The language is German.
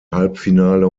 halbfinale